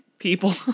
people